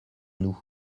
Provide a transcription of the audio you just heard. nous